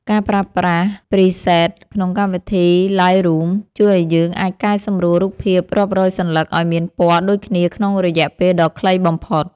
ការប្រើប្រាស់ ព្រីសេត ក្នុងកម្មវិធី ឡៃរូម ជួយឱ្យយើងអាចកែសម្រួលរូបភាពរាប់រយសន្លឹកឱ្យមានពណ៌ដូចគ្នាក្នុងរយៈពេលដ៏ខ្លីបំផុត។